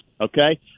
okay